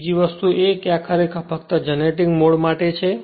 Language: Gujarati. બીજી વસ્તુ એ છે કે આ ખરેખર તો ફક્ત જનરેટિંગ મોડ માટે છે